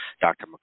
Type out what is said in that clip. Dr